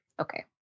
Okay